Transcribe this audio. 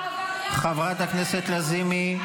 --- עבריין --- חברת הכנסת לזימי,